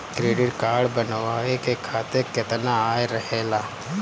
Credit card बनवाए के खातिर केतना आय रहेला?